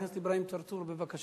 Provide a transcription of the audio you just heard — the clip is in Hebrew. חבר הכנסת אברהים צרצור, בבקשה.